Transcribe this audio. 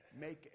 Make